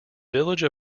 village